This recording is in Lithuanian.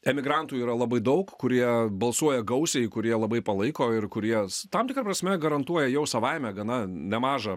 emigrantų yra labai daug kurie balsuoja gausiai kurie labai palaiko ir kurie tam tikra prasme garantuoja jau savaime gana nemažą